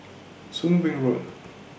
Soon Wing Road